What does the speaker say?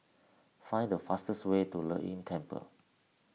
find the fastest way to Lei Yin Temple